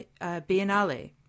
Biennale